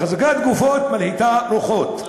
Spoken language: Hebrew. החזקת גופות מלהיטה את הרוחות.